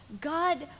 God